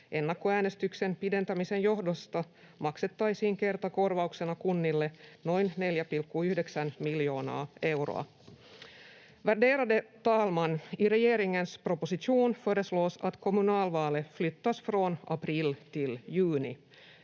Ennakkoäänestyksen pidentämisen johdosta maksettaisiin kertakorvauksena kunnille noin 4,9 miljoonaa euroa. Värderade talman! I regeringens proposition föreslås att kommunalvalet flyttas från april till juni.